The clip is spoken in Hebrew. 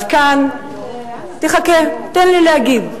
אז כאן תחכה, תן לי להגיד.